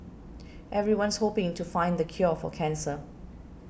everyone's hoping to find the cure for cancer